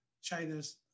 China's